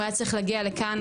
הוא היה צריך להגיע לכאן,